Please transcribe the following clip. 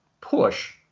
push